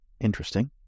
Interesting